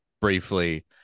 briefly